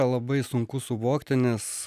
labai sunku suvokti nes